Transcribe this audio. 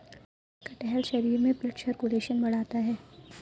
कटहल शरीर में ब्लड सर्कुलेशन बढ़ाता है